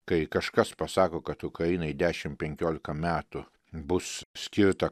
kai kažkas pasako kad ukrainai dešimt penkiolika metų bus skirta